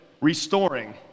restoring